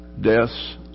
deaths